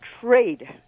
trade